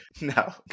no